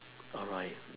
alright